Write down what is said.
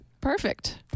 perfect